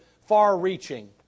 far-reaching